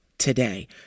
Today